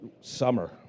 summer